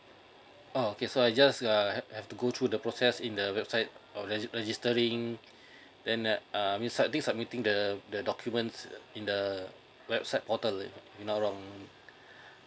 oh okay so I just uh have to go through the process in the website err register registering then err we submit the submitting the the documents in the website portal like you know um